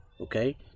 Okay